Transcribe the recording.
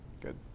good